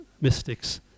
mystics